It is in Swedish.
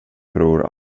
bror